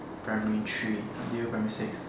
primary three until primary six